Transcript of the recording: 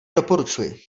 doporučuji